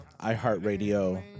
iHeartRadio